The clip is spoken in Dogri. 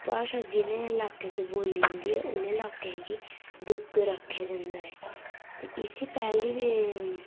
भाशा जि'नें ल्हाकें च बोल्ली जंदी ऐ उ'नें ल्हाकें गी डुग्गर आखेआ जंदा ऐ ते इसी पैह्ली बारी